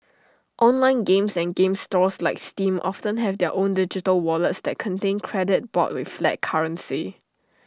online games and game stores like steam often have their own digital wallets that contain credit bought with flat currency